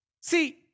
See